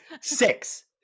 Six